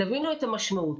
תבינו את המשמעות.